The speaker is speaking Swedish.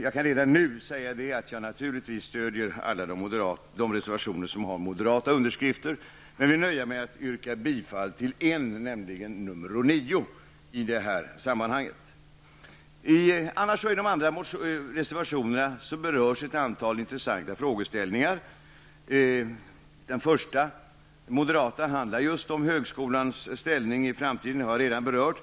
Jag kan redan nu säga att jag naturligtvis stöder alla de reservationer som har undertecknats av moderater, men jag nöjer mig med att i detta sammanhang yrka bifall till en reservation, nämligen till reservation nr 9. I de andra reservationerna berörs ett antal intressanta frågeställningar. Den första moderata reservationen handlar just om högskolans ställning i framtiden, vilket jag redan har berört.